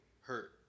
hurt